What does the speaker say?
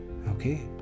Okay